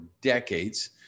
decades